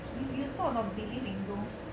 you you sort of believe in ghosts